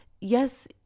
yes